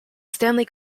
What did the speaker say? stanley